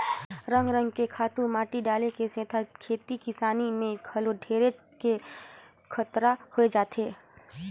रंग रंग के खातू माटी डाले के सेथा खेती किसानी में घलो ढेरेच के खतरा होय जाथे